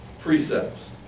precepts